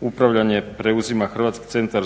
upravljanje preuzima Hrvatski centar